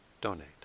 donate